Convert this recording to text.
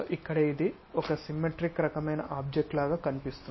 ఇక్కడ ఇది ఒక సిమ్మెట్రిక్ రకమైన ఆబ్జెక్ట్ లా కనిపిస్తుంది